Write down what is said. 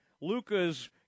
Lucas